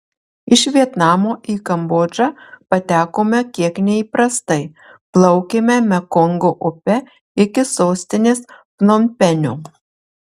iš vietnamo į kambodžą patekome kiek neįprastai plaukėme mekongo upe iki sostinės pnompenio